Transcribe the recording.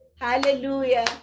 hallelujah